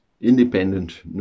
independent